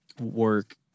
work